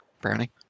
Brownie